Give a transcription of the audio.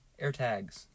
AirTags